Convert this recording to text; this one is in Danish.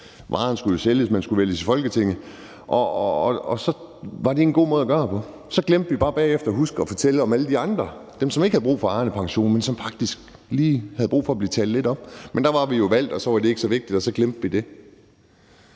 Varen skulle jo sælges, og man skulle vælges ind i Folketinget, og så var det en god måde at gøre det på. Så glemte vi bare bagefter at huske at fortælle om alle de andre, altså dem, der ikke havde brug for Arnepensionen, men som faktisk havde brug for lige at blive talt lidt op. Men der var man jo valgt, og så var det ikke så vigtigt, og så glemte man det.